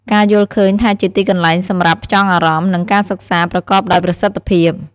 ការយល់ឃើញថាជាទីកន្លែងសម្រាប់ផ្ចង់អារម្មណ៍ និងការសិក្សាប្រកបដោយប្រសិទ្ធភាព។